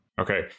Okay